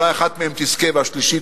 אולי אחת מהן תזכה והשלישית,